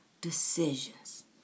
decisions